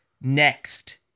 next